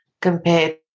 compared